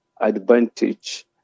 advantage